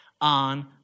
on